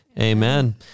Amen